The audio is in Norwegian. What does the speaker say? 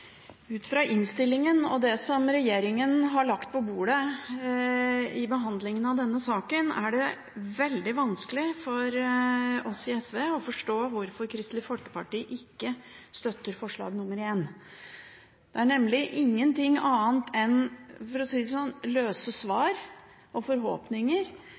Ut fra innstillingen og det som regjeringen har lagt på bordet i behandlingen av denne saken, er det veldig vanskelig for oss i SV å forstå hvorfor Kristelig Folkeparti ikke støtter forslag nr. 1. Det er nemlig ingenting annet enn løse svar og forhåpninger